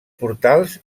portals